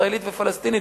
ישראלית ופלסטינית,